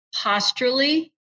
posturally